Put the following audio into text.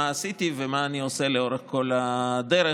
מה עשיתי ומה אני עושה לאורך כל הדרך,